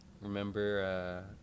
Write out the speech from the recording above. remember